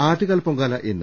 ആറ്റുകാൽ പൊങ്കാല ഇന്ന്